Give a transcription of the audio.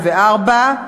2004,